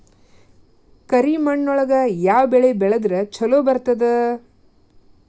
ಕರಿಮಣ್ಣೊಳಗ ಯಾವ ಬೆಳಿ ಬೆಳದ್ರ ಛಲೋ ಬರ್ತದ?